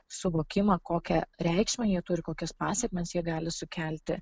suvokimą kokią reikšmę jie turi kokias pasekmes jie gali sukelti